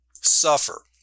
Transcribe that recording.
suffer